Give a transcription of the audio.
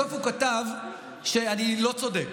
בסוף הוא כתב שאני לא צודק,